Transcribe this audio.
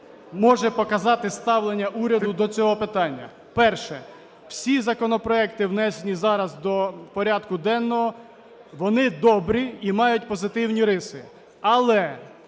може показати ставлення уряду до цього питання. Перше. Всі законопроекти, внесені зараз до порядку денного, вони добрі і мають позитивні риси, але